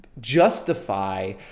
justify